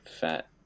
fat